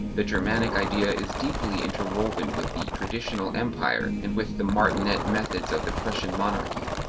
the germanic idea is deeply interwoven with the traditional empire and with the martinet methods of the prussian monarchy.